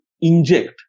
inject